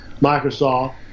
Microsoft